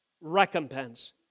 recompense